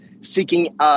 seeking